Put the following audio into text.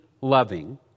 loving